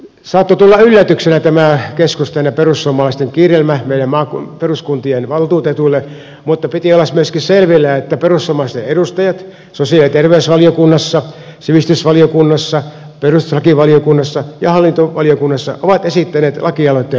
saattoi tulla yllätyksenä tämä keskustan ja perussuomalaisten kirjelmä peruskuntien valtuutetuille mutta piti olla myöskin selvillä että perussuomalaisten edustajat sosiaali ja terveysvaliokunnassa sivistysvaliokunnassa perustuslakivaliokunnassa ja hallintovaliokunnassa ovat esittäneet lakialoitteen hylkäämistä